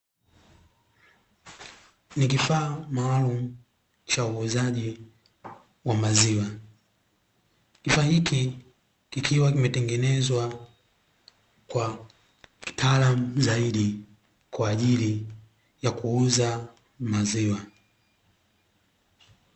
Ni kifaa maalumu cha uuzaji wa maziwa, kifaa hiki kikiwa kimetengenezwa kwa kitaalamu zaidi kwa ajili ya kuuza maziwa.